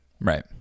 Right